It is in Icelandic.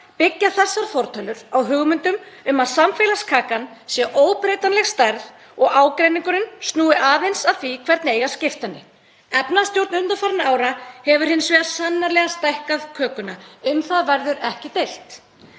byggja þessar fortölur á hugmyndum um að samfélagskakan séu óbreytanleg stærð og ágreiningurinn snúi aðeins að því hvernig eigi að skipta henni. Efnahagsstjórn undanfarinna ára hefur hins vegar sannarlega stækkað kökuna. Um það verður ekki deilt.